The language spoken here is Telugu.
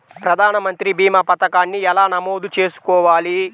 ప్రధాన మంత్రి భీమా పతకాన్ని ఎలా నమోదు చేసుకోవాలి?